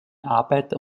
arbeiter